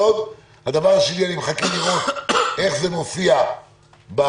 הדבר השני אני מחכה לראות איך זה מופיע בדוח,